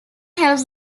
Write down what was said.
helps